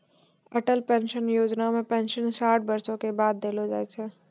Atal pension योजना मे pension साठ बरसो के बाद देलो जाय छै